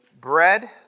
bread